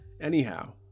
anyhow